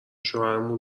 شوهرمون